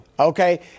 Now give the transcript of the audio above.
Okay